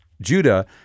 Judah